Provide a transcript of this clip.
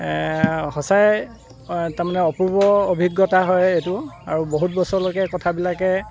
এ সঁচাই তাৰমানে অপূৰ্ব অভিজ্ঞতা হয় এইটো আৰু বহুত বছৰলৈকে কথাবিলাকে